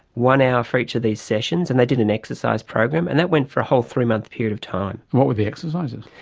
one hour for each of these sessions, and they did an exercise program, and that went for a whole three-month period of time. and what were the exercises?